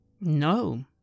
No